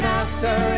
Master